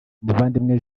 muvandimwe